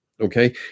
okay